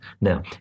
Now